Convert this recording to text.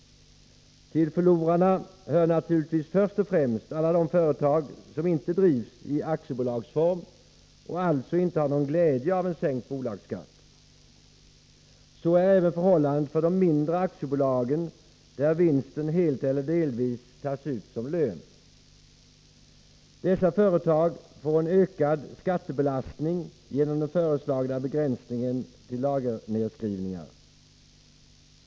Till förlorarna hör naturligtvis först och främst alla de företag som inte drivs i aktiebolagsform och alltså inte har någon glädje av en sänkt bolagsskatt. Så är även förhållandet för de mindre aktiebolag där vinsten helt eller delvis tas ut som lön. Dessa företag får en ökad skattebelastning genom den föreslagna begränsningen av lagernerskrivningar.